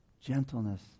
Gentleness